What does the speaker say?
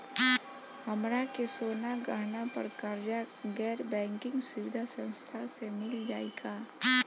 हमरा के सोना गहना पर कर्जा गैर बैंकिंग सुविधा संस्था से मिल जाई का?